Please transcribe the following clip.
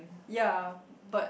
yea but